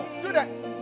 students